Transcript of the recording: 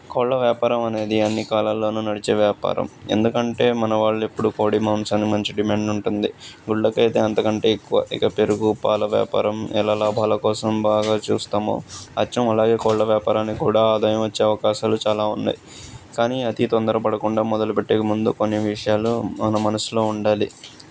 కోళ్ళ వ్యాపారం అనేది అన్నీ కాలాల్లోను నడిచే వ్యాపారం ఎందుకంటే మన వాళ్ళెప్పుడు కోడి మాంసానికి మంచి డిమాండ్ ఉంటుంది ఊళ్ళకైయితే అంతకంటే ఎక్కువ ఇక పెరుగు పాల వ్యాపారం ఎలా లాభాల కోసం బాగా చూస్తామో అచ్చం అలాగే కోళ్ళ వ్యాపారాన్ని కూడా ఆదాయం వచ్చే అవకాశాలు చాలా ఉన్నాయి కానీ అతి తొందర పడకుండా మొదలుపెట్టే ముందు కొన్ని విషయాలు మన మనసులో ఉండాలి